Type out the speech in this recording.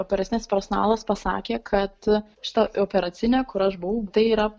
operacinės personalas pasakė kad šita operacinė kur aš buvau tai yra